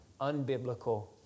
unbiblical